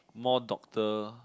more doctor